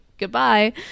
goodbye